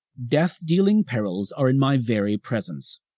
death dealing perils are in my very presence.